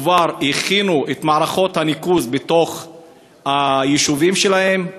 כבר הכינו את מערכות הניקוז ביישובים שלהן?